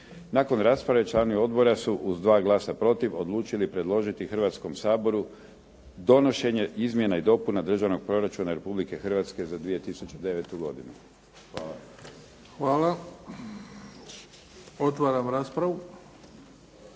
Nakon rasprave članovi odbora su uz dva glasa protiv odlučili predložiti Hrvatskom saboru donošenje izmjena i dopuna Državnog proračuna Republike Hrvatske za 2009. godinu. Hvala. **Bebić, Luka